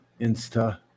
Insta